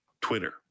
Twitter